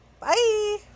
bye